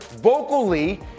vocally